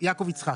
יעקב יצחק.